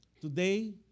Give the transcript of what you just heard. Today